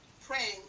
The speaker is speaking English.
praying